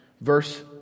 Verse